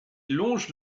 longe